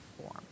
form